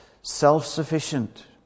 self-sufficient